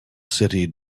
city